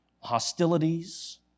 hostilities